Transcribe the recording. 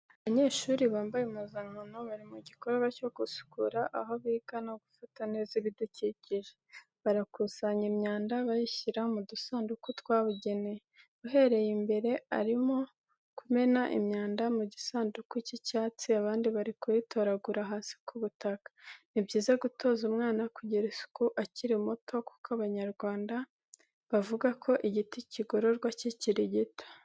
Abanyeshuri bambaye impuzankano bari mu gikorwa cyo gusukura aho biga no gufata neza ibidukikije. Barakusanya imyanda bayishyira mu dusanduku twabugenewe. Uherereye imbere arimo kumena imyanda mu gisanduku cy’icyatsi, abandi bari kuyitoragura hasi ku butaka. Ni byiza gutoza umwana kugira isuku akiri muto kuko abanyarwanda bavuga ko igiti kigororwa kikiri gito.